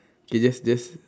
K just just